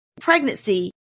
pregnancy